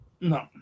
No